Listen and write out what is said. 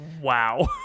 Wow